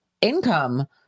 income